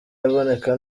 aboneka